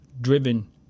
driven